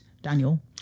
Daniel